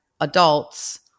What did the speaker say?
adults